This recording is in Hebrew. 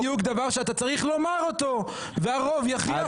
זה בדיוק דבר שאתה צריך לומר אותו והרוב יכריע אחרת.